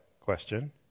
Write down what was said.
question